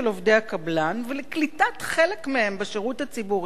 עובדי הקבלן ולקליטת חלק מהם בשירות הציבורי,